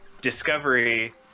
Discovery